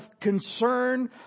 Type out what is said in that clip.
concern